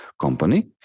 company